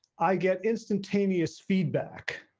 i get instantaneous feedback,